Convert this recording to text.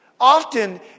often